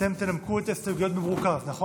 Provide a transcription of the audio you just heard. אתם תנמקו את ההסתייגויות במרוכז, נכון?